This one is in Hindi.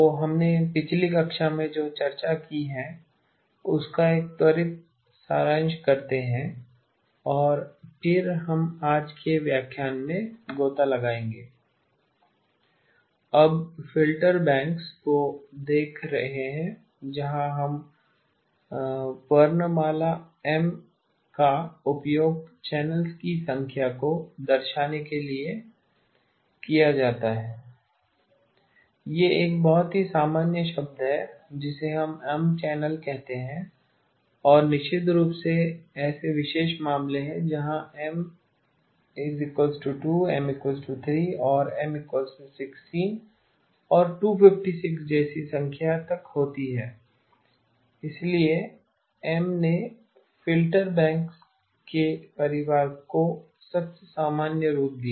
तो हमने पिछली कक्षा में जो चर्चा की है उसका एक त्वरित सारांश करते हैं और फिर हम आज के व्याख्यान में गोता लगाएँगे हम फ़िल्टर बैंक्स को देख रहे हैं जहां हम वर्णमाला M का उपयोग चैनल्स की संख्या को दर्शाने के लिए किया जाता है यह एक बहुत ही सामान्य शब्द है जिसे हम M चैनल कहते हैं और निश्चित रूप से ऐसे विशेष मामले हैं जहां M 2 M 3 और M 16 और 256 जैसी बड़ी संख्या तक होती हैं इसलिए M ने फ़िल्टर बैंक्स के परिवार को सबसे सामान्य रूप दिया